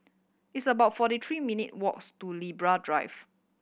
it's about forty three minute walks to Libra Drive